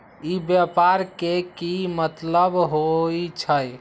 ई व्यापार के की मतलब होई छई?